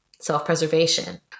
Self-preservation